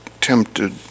tempted